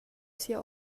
sia